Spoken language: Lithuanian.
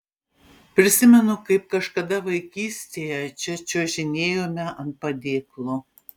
prisimenu kaip kažkada vaikystėje čia čiuožinėjome ant padėklo